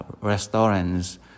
restaurants